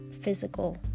physical